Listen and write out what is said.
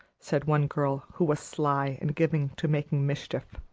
said one girl, who was sly and given to making mischief.